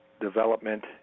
development